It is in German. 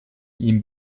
ihm